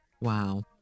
Wow